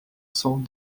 cent